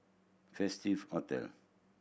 Festive Hotel